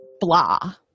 blah